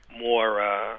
more